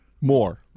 More